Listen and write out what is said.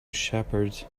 shepherd